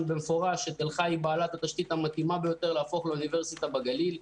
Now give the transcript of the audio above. במפורש שתל חי היא בעלת התשתית המתאימה ביותר להפוך לאוניברסיטה בגליל.